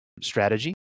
strategy